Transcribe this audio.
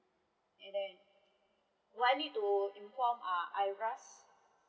and then do I need to inform uh I_ R_S